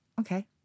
okay